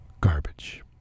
garbage